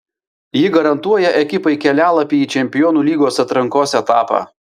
ji garantuoja ekipai kelialapį į čempionų lygos atrankos etapą